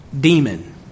demon